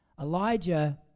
Elijah